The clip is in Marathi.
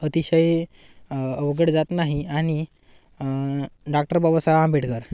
अतिशय अवघड जात नाही आणि डाक्टर बाबासाहेब आंबेडकर